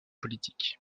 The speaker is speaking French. politique